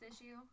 issue